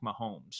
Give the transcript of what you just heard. Mahomes